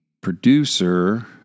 producer